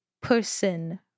person